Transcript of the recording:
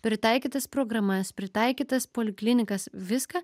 pritaikytas programas pritaikytas poliklinikas viską